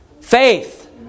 Faith